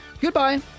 Goodbye